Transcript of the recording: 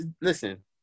listen